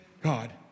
god